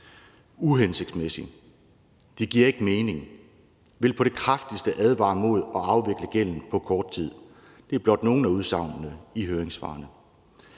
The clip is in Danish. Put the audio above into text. uhensigtsmæssigt; det giver ikke mening; og man vil på det kraftigste advare mod at afvikle gælden på kort tid. Det er blot nogle af udsagnene i høringssvarene.